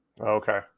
Okay